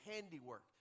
handiwork